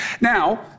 Now